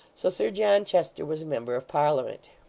so sir john chester was a member of parliament.